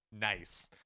nice